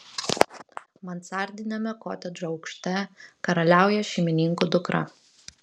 mansardiniame kotedžo aukšte karaliauja šeimininkų dukra